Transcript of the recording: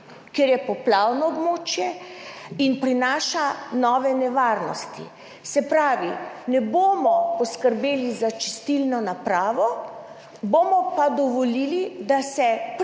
Kjer je poplavno območje in prinaša nove nevarnosti. Se pravi, ne bomo poskrbeli za čistilno napravo, bomo pa dovolili, da se